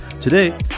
Today